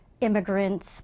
immigrants